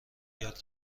یاد